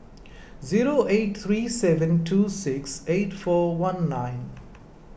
zero eight three seven two six eight four one nine